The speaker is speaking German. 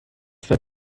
seit